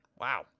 Wow